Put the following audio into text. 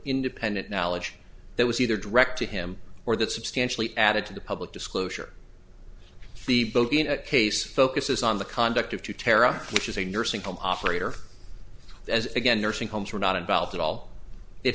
independent knowledge that was either direct to him or that substantially added to the public disclosure the building a case focuses on the conduct of two tara which is a nursing home operator as again nursing homes were not involved at all it